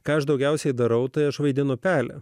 ką aš daugiausiai darau tai aš vaidinu pelę